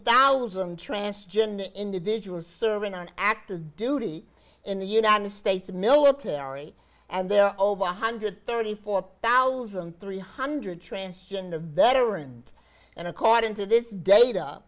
thousand transgender individuals serving on active duty in the united states military and there are over one hundred thirty four thousand three hundred transgender veterans and according to this data